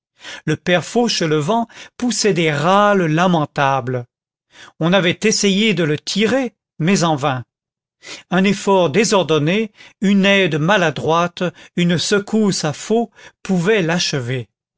le père fauchelevent poussait des râles lamentables on avait essayé de le tirer mais en vain un effort désordonné une aide maladroite une secousse à faux pouvaient l'achever